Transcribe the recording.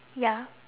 ya